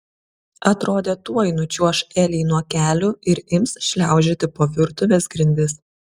atrodė tuoj nučiuoš elei nuo kelių ir ims šliaužioti po virtuvės grindis